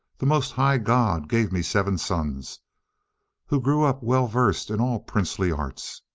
the most high god gave me seven sons who grew up well versed in all princely arts.